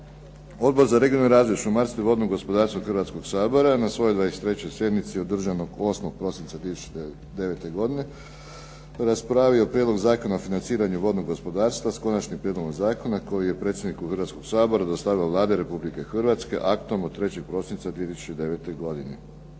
Odbor za regionalni razvoj, šumarstvo i vodno gospodarstvo Hrvatskog sabora na svojoj 23. sjednici održanoj 8. prosinca 2009. godine raspravio Prijedlog zakona o financiranju vodnog gospodarstva s Konačnim prijedlogom zakona koji je predsjedniku Hrvatskog sabora dostavila Vlada Republike Hrvatske aktom od 3. prosinca 2009. godine.